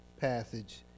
passage